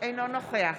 אינו נוכח